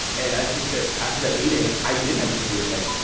and i think that after that meeting, i did have this weird like,